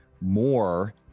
more